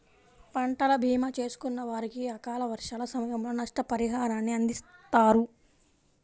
పంటల భీమా చేసుకున్న వారికి అకాల వర్షాల సమయంలో నష్టపరిహారాన్ని అందిస్తారు